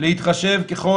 הצדקה.